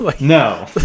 no